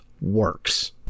works